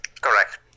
Correct